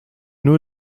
nur